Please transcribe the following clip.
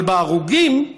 אבל בהרוגים,